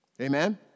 Amen